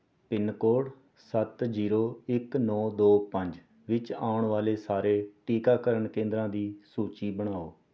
pin code ਸੱਤ zero ਇੱਕ ਨੌਂ ਦੋ ਪੰਜ ਵਿੱਚ ਆਉਣ ਵਾਲੇ ਸਾਰੇ ਟੀਕਾਕਰਨ ਕੇਂਦਰਾਂ ਦੀ ਸੂਚੀ ਬਣਾਓ